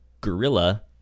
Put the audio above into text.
Gorilla